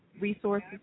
resources